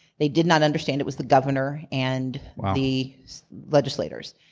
they did not understand it was the governor, and the legislators.